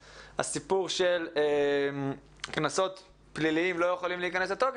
הסיפור של קנסות פליליים לא יכולים להיכנס לתוקף,